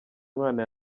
mwana